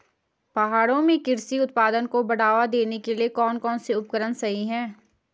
पहाड़ों में कृषि उत्पादन को बढ़ावा देने के लिए कौन कौन से उपकरण सही हैं?